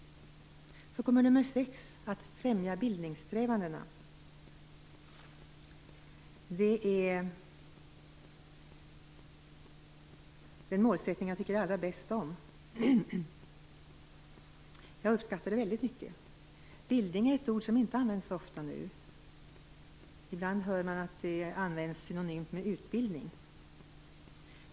Att främja bildningssträvandena är det sjätte målet. Det är den målsättning jag tycker allra bäst om. Jag uppskattar den väldigt mycket. Bildning är ett ord som inte används så ofta nu. Ibland hör man det användas synonymt med utbildning.